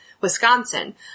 Wisconsin